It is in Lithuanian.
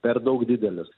per daug didelis